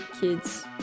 kids